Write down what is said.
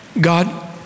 God